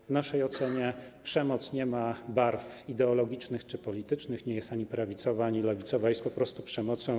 W naszej ocenie przemoc nie ma barw ideologicznych czy politycznych, nie jest ani prawicowa, ani lewicowa, jest po prostu przemocą.